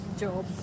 job